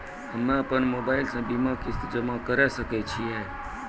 हम्मे अपन मोबाइल से बीमा किस्त जमा करें सकय छियै?